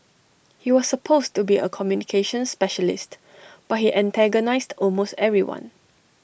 he was supposed to be A communications specialist but he antagonised almost everyone